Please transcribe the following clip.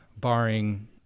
barring